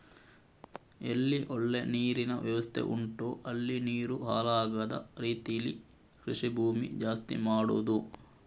ಎಲ್ಲಿ ಒಳ್ಳೆ ನೀರಿನ ವ್ಯವಸ್ಥೆ ಉಂಟೋ ಅಲ್ಲಿ ನೀರು ಹಾಳಾಗದ ರೀತೀಲಿ ಕೃಷಿ ಭೂಮಿ ಜಾಸ್ತಿ ಮಾಡುದು